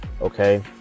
okay